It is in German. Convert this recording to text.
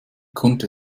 konnte